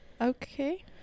Okay